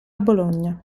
bologna